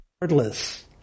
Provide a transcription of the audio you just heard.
regardless